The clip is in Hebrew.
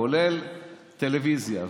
כולל טלוויזיה,